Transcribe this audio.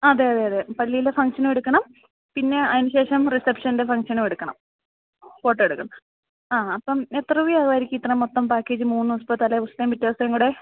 ആ അതെയതെയതെ പള്ളിയിലെ ഫംഗ്ഷനും എടുക്കണം പിന്നെ അതിനുശേഷം റിസപ്ഷൻ്റെ ഫംഗ്ഷനും എടുക്കണം ഫോട്ടോ എടുക്കണം ആ അപ്പം എത്ര രൂപയാകുമായിരിക്കും ഇത്രം മൊത്തം പാക്കേജ് മൂന്നു ദിവസം തലേദിവസം പിറ്റേദിവസത്തെകുടെ